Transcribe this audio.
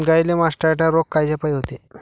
गाईले मासटायटय रोग कायच्यापाई होते?